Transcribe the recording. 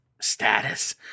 status